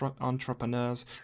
entrepreneurs